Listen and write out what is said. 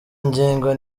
ngingo